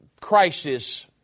crisis